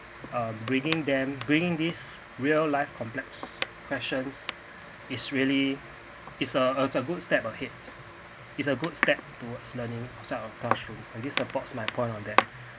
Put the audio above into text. um bringing them bringing these real life complex questions is really is a a good step ahead is a good step towards learning outside from classroom and this supports my point on that